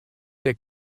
der